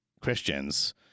Christians